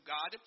God